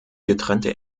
getrennte